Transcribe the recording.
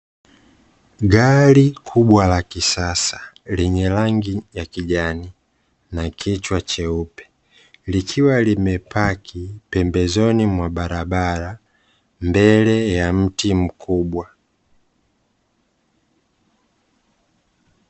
Gari kubwa la kisasa lenye rangi ya kijani na kichwa cheupe, likiwa limepaki pembezoni mwa barabara, mbele ya mti mkubwa.